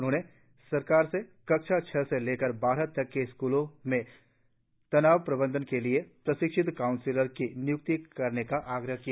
उन्होंने सरकार से कक्षा छह से लेकर बारह तक के स्क्लों में तनाव प्रबंधन के लिए प्रशिक्षित काउंसिलर की निय्क्ति करने का आग्रह किया